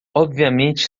obviamente